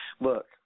Look